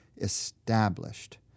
established